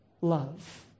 love